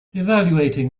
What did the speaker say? evaluating